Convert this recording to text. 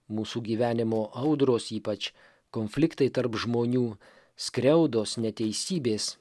mūsų gyvenimo audros ypač konfliktai tarp žmonių skriaudos neteisybės